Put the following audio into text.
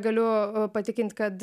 galiu patikint kad